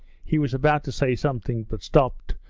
he was about to say something, but stopped,